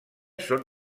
són